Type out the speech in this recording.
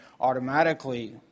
automatically